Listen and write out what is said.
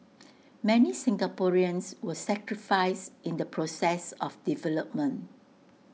many Singaporeans were sacrificed in the process of development